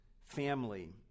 family